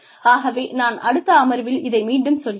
ஆகவே நான் அடுத்த அமர்வில் இதை மீண்டும் சொல்கிறேன்